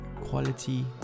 quality